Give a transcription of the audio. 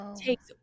takes